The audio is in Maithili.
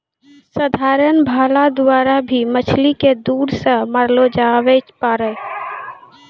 साधारण भाला द्वारा भी मछली के दूर से मारलो जावै पारै